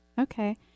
Okay